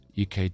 UK